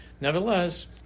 nevertheless